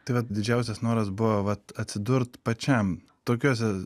tai vat didžiausias noras buvo vat atsidurt pačiam tokiose